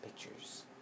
pictures